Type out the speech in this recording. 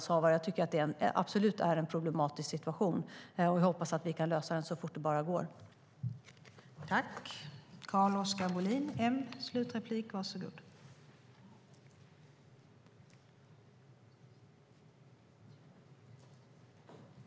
Detta är absolut en problematisk situation, och jag hoppas att vi kan komma till rätta med situationen så fort det bara går.